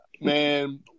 man